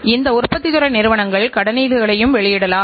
எனவே சுழற்சி நேரத்தைக் கட்டுப்படுத்துவதும் முக்கியமானது